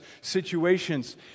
situations